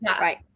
Right